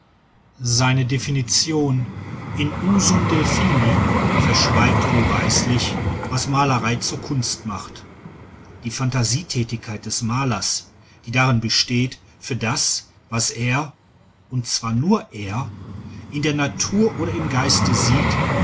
seine definition in usum delphini verschweigt wohlweislich was malerei zur kunst macht die phantasietätigkeit des malers die darin besteht für das was er und zwar nur er in der natur oder im geiste sieht